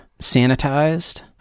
sanitized